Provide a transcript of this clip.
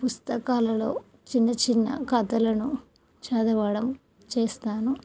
పుస్తకాలలో చిన్న చిన్న కథలను చదవడం చేస్తాను